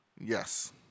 Yes